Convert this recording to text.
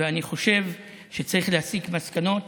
ואני חושב שצריך להסיק מסקנות